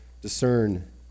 discern